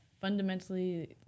fundamentally